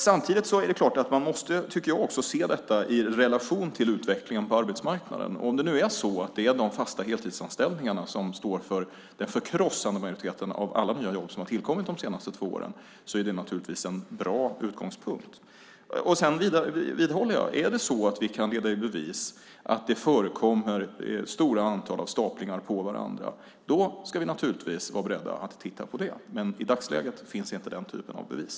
Samtidigt måste man självklart, tycker också jag, se detta i relation till utvecklingen på arbetsmarknaden. Om det är så att det är de fasta heltidsanställningarna som står för en förkrossande majoritet av alla de nya jobb som tillkommit under de senaste två åren är det naturligtvis en bra utgångspunkt. Jag vidhåller att vi, om vi kan leda i bevis att det förekommer ett stort antal staplingar på varandra, naturligtvis kommer att vara beredda att titta på det. Men i dagsläget finns inte den typen av bevis.